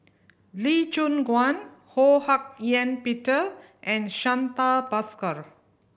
Lee Choon Guan Ho Hak Ean Peter and Santha Bhaskar